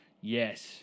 Yes